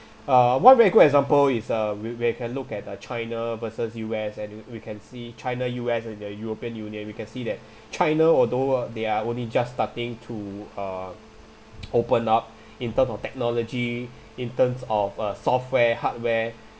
uh one very good example is uh we we can look at uh china versus U_S and we we can see china U_S and the european union we can see that china although uh they are only just starting to uh open up in terms of technology in terms of uh software hardware